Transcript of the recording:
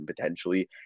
potentially